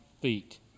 feet